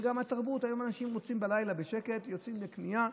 וגם אנשים יוצאים בלילה בשקט לקנייה.